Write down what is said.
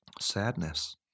sadness